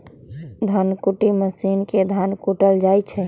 धन कुट्टी मशीन से धान कुटल जाइ छइ